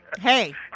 Hey